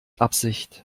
absicht